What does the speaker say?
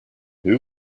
who